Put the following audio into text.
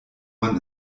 man